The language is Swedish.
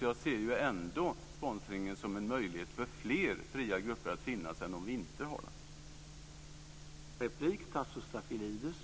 Jag ser ändå sponsringen som en större möjlighet för fler fria grupper att finnas än om vi inte har den.